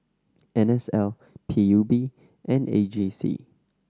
N S L P U B and A G C